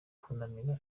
kunamira